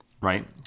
Right